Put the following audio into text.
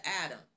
Adam